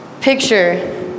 Picture